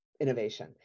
innovation